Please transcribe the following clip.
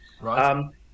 Right